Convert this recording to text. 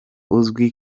uzwi